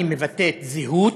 היא מבטאת זהות,